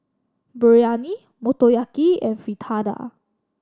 Biryani Motoyaki and Fritada